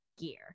gear